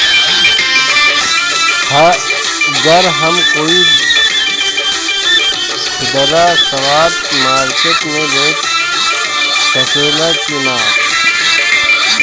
गर हम कोई खुदरा सवदा मारकेट मे बेच सखेला कि न?